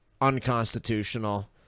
unconstitutional